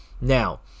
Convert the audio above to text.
Now